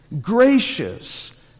gracious